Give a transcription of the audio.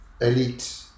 elite